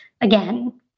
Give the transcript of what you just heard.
again